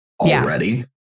already